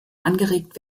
angeregt